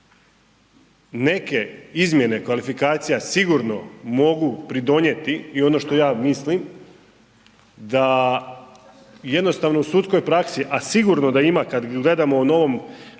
Neke izmjene kvalifikacija sigurno mogu pridonijeti i ono što ja mislim da jednostavno u sudskoj praksi, a sigurno da ima kad gledamo o novom,